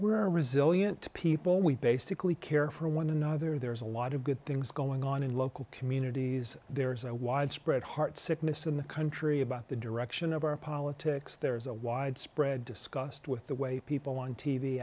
we're resilient people we basically care for one another there's a lot of good things going on in local communities there's a widespread heart sickness in the country about the direction of our politics there's a widespread discussed with the way people on t